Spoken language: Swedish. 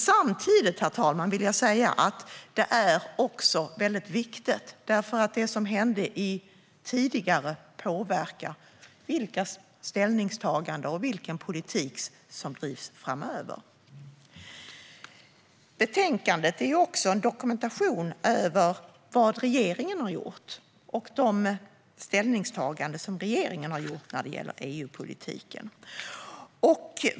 Samtidigt, herr talman, vill jag säga att det är väldigt viktigt, för det som hände tidigare påverkar politik och ställningstaganden framöver. Betänkandet är också en dokumentation över vad regeringen har gjort och dess ställningstaganden när det gäller EU-politiken.